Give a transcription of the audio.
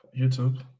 YouTube